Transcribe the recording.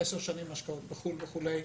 10 שנים השקעות בחו"ל וכדומה.